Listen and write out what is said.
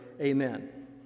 Amen